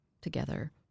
together